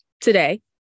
today